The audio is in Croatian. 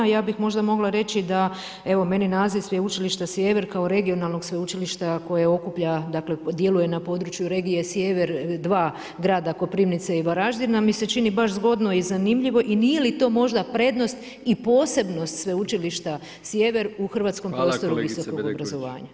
Ja bih mogla reći da evo meni naziv Sveučilišta Sjever kao regionalnog sveučilišta koje okuplja, dakle djeluje na području regije Sjever II, grada Koprivnice i Varaždina, mi se čini baš zgodno i zanimljivo i nije li to možda prednost i posebnost Sveučilišta Sjever u hrvatskom prostoru visokog obrazovanja.